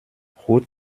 route